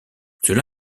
cela